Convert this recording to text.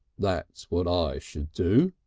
that's what i should do.